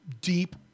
deep